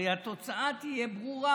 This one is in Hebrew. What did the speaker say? הרי התוצאה תהיה ברורה: